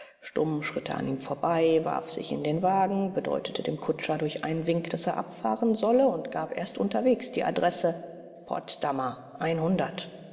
stumm schritt er an ihm vorbei warf sich in den wagen bedeutete dem kutscher durch einen wink daß er abfahren solle und gab erst unterwegs die adresse potsdamer einhundert